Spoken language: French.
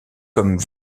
comme